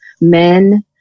men